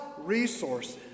resources